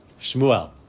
Shmuel